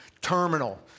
Terminal